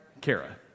Kara